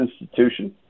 Institution